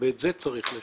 ואת זה צריך לשנות.